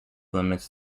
limits